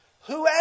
whoever